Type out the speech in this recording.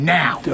now